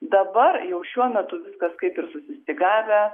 dabar jau šiuo metu viskas kaip ir susistygavę